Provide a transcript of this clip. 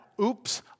oops